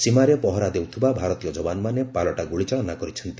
ସୀମାରେ ପହରା ଦେଉଥିବା ଭାରତୀୟ ଯବାନମାନେ ପାଲଟା ଗ୍ରଳିଚାଳନା କରିଛନ୍ତି